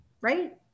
Right